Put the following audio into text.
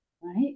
right